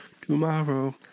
Tomorrow